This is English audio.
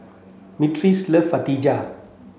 Myrtice love Fritada